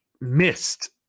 missed